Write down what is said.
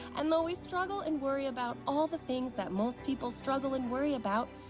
and though we struggle and worry about all the things that most people struggle and worry about,